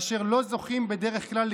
כלומר,